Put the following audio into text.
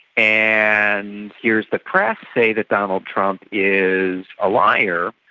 and hears the press say that donald trump is a liar,